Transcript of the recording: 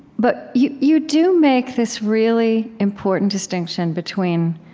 but you you do make this really important distinction between